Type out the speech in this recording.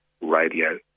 Radio